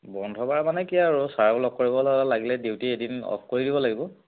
বন্ধবাৰ মানে কি আৰু ছাৰক লগ কৰিব লাগিলে ডিউটি এদিন অফ কৰি দিব লাগিব